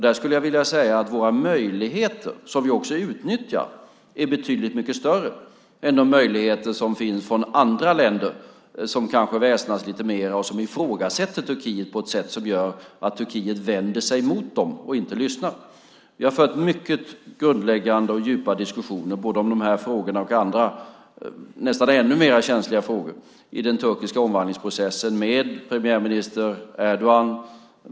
Där är våra möjligheter, som vi också utnyttjar, betydligt mycket större än de möjligheter som finns från andra länder som kanske väsnas lite mer och ifrågasätter Turkiet på ett sätt som gör att Turkiet vänder sig mot dem och inte lyssnar. Vi har fört mycket grundläggande och djupa diskussioner både om dessa och om andra nästan ännu känsligare frågor i den turkiska omvandlingsprocessen med premiärminister Erdogan.